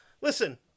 listen